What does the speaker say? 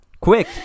Quick